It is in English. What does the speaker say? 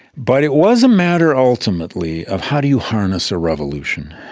but it was a matter ultimately of how do you harness a revolution?